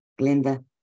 Glenda